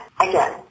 again